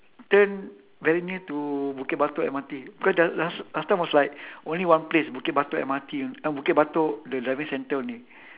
turn very near to bukit batok M_R_T cause the last last time was like only one place bukit batok M_R_T oh bukit batok the driving centre only